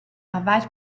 avair